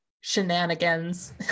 shenanigans